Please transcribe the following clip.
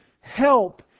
help